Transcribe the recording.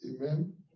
Amen